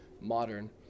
modern